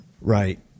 right